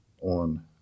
on